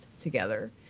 together